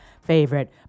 favorite